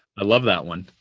i love that one.